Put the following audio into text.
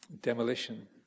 demolition